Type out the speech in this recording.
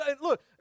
Look